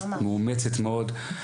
מאומצת מאוד.